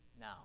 now